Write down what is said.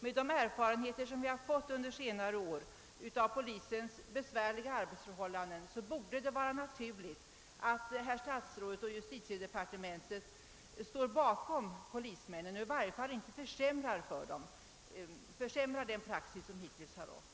Med de erfarenheter vi fått under senare år av polisens besvärliga arbetsförhållanden borde det, herr talman, vara naturligt att statsrådet och justitiedepartementet står bakom polismännen och i varje fall inte försämrar den praxis som rått för dem.